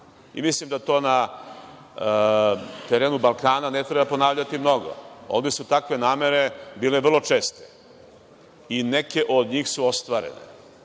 Mislim da to na terenu Balkana ne treba ponavljati mnogo. Ovde su takve namere bile vrlo česte, i neke od njih su ostvarene,